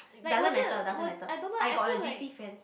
doesn't matter doesn't matter I got a J_C friends